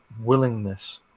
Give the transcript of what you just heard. willingness